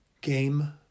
game